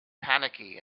panicky